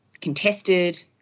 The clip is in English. contested